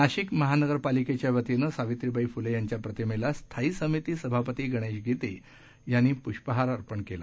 नाशिक महानगरपालिकेच्यावतीनं सावित्रीबाई फुले यांच्या प्रतिमेला स्थायी समिती सभापती गणेश गीते यांनी हस्ते पुष्पहार अर्पण केला